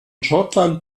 schottland